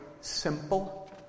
simple